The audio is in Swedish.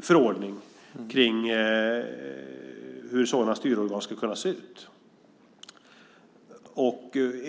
förordning om hur sådana styrorgan skulle kunna se ut.